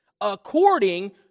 according